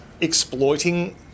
exploiting